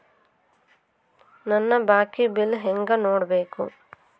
ನನ್ನ ಬಾಕಿ ಬಿಲ್ ಹೆಂಗ ನೋಡ್ಬೇಕು?